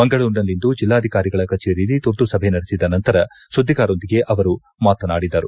ಮಂಗಳೂರಿನಲ್ಲಿಂದು ಜಿಲಾಧಿಕಾರಿಗಳ ಕಜೇರಿಯಲ್ಲಿ ತುರ್ತುಸಭೆ ನಡೆಸಿದ ನಂತರ ಸುದ್ದಿಗಾರರೊಂದಿಗೆ ಅವರು ಮಾತನಾಡಿದರು